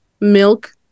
Milk